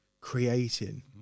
creating